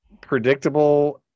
predictable